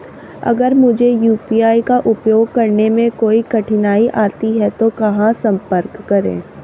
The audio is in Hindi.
अगर मुझे यू.पी.आई का उपयोग करने में कोई कठिनाई आती है तो कहां संपर्क करें?